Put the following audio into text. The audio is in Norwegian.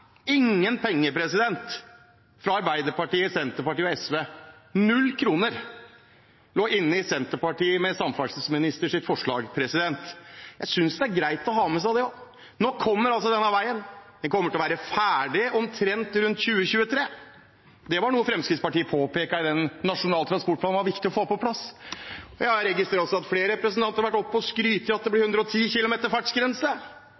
Ingen penger fra Arbeiderpartiet, Senterpartiet og SV – null kroner – lå inne i forslaget da Senterpartiet hadde samferdselsministeren. Jeg synes det er greit å ha med seg det også. Nå kommer altså denne veien. Den kommer til å være ferdig omtrent rundt 2023. Dette var noe Fremskrittspartiet påpekte at var viktig å få på plass i Nasjonal transportplan. Jeg registrerer også at flere representanter har vært oppe og skrytt av at fartsgrensen blir